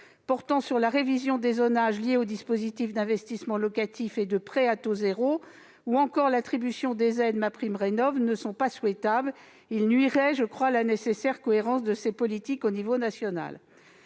portant sur la révision des zonages liés aux dispositifs d'investissement locatif et de prêt à taux zéro ou sur l'attribution des aides MaPrimeRénov'ne sont pas souhaitables, car ils nuiraient à la nécessaire cohérence de ces politiques au niveau national.